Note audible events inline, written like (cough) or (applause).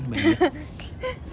(laughs)